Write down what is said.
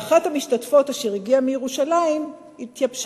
ואחת המשתתפות אשר הגיעה מירושלים התייבשה.